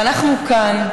ואנחנו כאן,